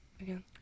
again